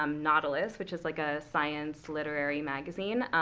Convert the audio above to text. um nodelist, which is like a science literary magazine.